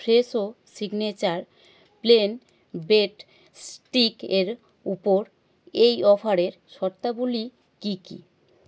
Fresho signature plain bread স্টিকের উপর এই অফারের শর্তাবলী কি কি